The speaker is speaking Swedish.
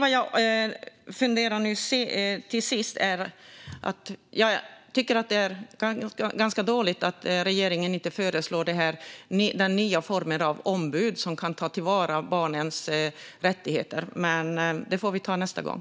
Till sist vill jag säga att jag tycker att det är ganska dåligt att regeringen inte föreslår nya former av ombud som kan ta till vara barnens rättigheter, men det får vi ta nästa gång.